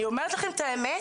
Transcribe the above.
אני אומרת לכם את האמת,